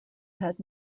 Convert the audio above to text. had